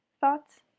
thoughts